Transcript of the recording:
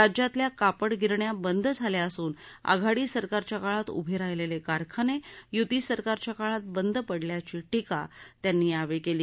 राज्यातल्या कापड गिरण्या बंद झाल्या असून आघाडी सरकारच्या काळात उभे राहिलेले कारखाने युती सरकारच्या काळात बंद पडल्याची टीका यांनी यावेळी केली